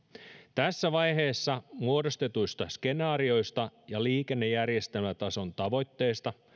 tässä vaiheessa muodostetuista skenaarioista ja liikennejärjestelmätason tavoitteista